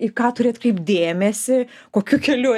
į ką turi atkreipt dėmesį kokiu keliu